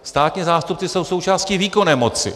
Státní zástupci jsou součástí výkonné moci.